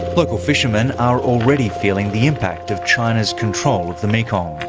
local fishermen are already feeling the impact of china's control of the mekong.